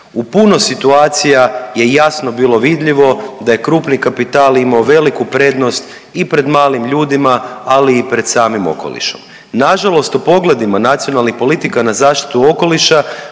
U puno situacija je jasno bilo vidljivo da je krupni kapital imao veliku prednost i pred malim ljudima, ali i pred samim okolišem. Nažalost, u pogledima nacionalnih politika na zaštitu okoliša